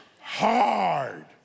hard